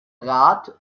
rat